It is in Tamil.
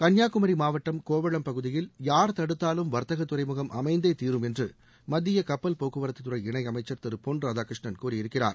கன்னியாகுமரி மாவட்டம் கோவளம் பகுதியில் யார் தடுத்தாலும் வர்த்தக துறைமுகம் அமைந்தே தீரும் என்று மத்திய கப்பல் போக்குவரத்துறை இணையமைச்சர் திரு பொன் ராதாகிருஷ்ணன் கூறியிருக்கிறார்